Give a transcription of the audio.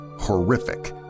horrific